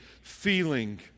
feeling